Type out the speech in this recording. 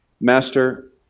Master